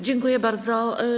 Dziękuję bardzo.